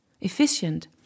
efficient